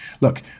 Look